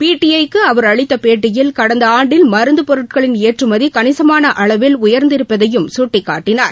PTI க்கு அவர் அளித்த பேட்டியில் கடந்த ஆண்டில் மருந்து பொருட்களின் ஏற்றுமதி கணிசமாள அளவில் உயர்ந்திருப்பதையும் சுட்டிக்காட்டினார்